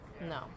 no